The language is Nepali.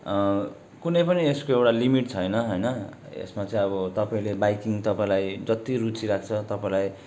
कुनै पनि यसको एउटा लिमिट छैन होइन यसमा चाहिँ अब तपाईँले बाइकिङ तपाईँलाई जति रुचि राख्छ तपाईँलाई